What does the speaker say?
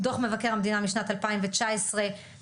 דוח מבקר המדינה משנת 2019 כנ"ל,